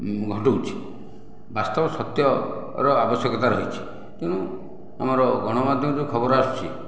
ଘଟଉଛି ବାସ୍ତବ ସତ୍ୟର ଆବଶ୍ୟକତା ରହିଛି ତେଣୁ ଆମର ଗଣମାଧ୍ୟମର ଯେଉଁ ଖବର ଆସୁଛି